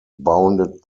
bounded